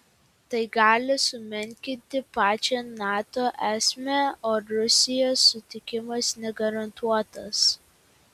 tai gali sumenkinti pačią nato esmę o rusijos sutikimas negarantuotas